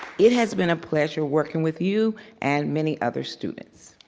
it has been a pleasure working with you and many other students.